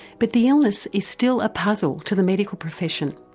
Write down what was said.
but the illness is still a puzzle to the medical profession.